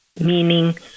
meaning